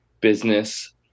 business